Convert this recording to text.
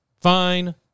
Fine